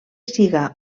siga